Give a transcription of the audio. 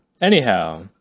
Anyhow